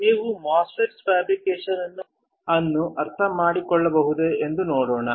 ನೀವು MOSFET fabrication ಅನ್ನು ಅರ್ಥಮಾಡಿಕೊಳ್ಳಬಹುದೇ ಎಂದು ನೋಡೋಣ